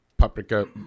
Paprika